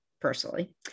personally